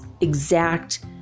exact